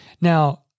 Now